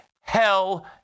hell